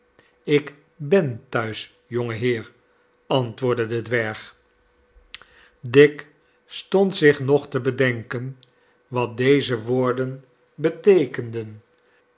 ik ben thuis jonge heer antwoordde de dwerg dick stond zich nog te bedenken wat deze woorden beteekenden